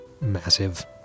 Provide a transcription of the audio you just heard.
massive